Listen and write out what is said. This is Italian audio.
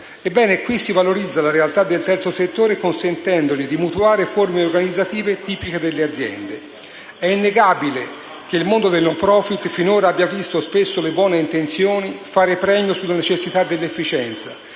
Ebbene, qui si valorizza la realtà del terzo settore consentendogli di mutuare forme organizzative tipiche delle aziende. È innegabile che finora il mondo del *no profit* abbia visto spesso le buone intenzioni fare premio sulla necessità dell'efficienza